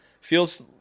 feels